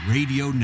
Radio